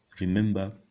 Remember